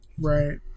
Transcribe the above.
Right